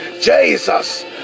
Jesus